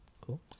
cool